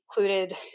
included